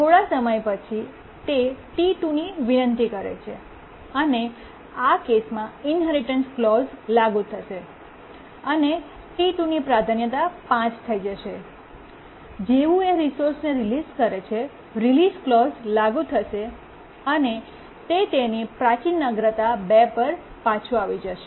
થોડા સમય પછી તે T2 ની વિનંતી કરે છે અને આ કેસમાં ઇન્હેરિટન્સ ક્લૉજ઼ લાગુ થશે અને T2 ની પ્રાધાન્યતા 5 થઈ જશેજેવું એ રિસોર્સને રિલીસ કરે છે રિલીસ ક્લૉજ઼ લાગુ થશે અને તે તેની પ્રાચીન અગ્રતા 2 પર પાછું આવી જશે